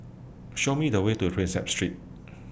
Show Me The Way to Prinsep Street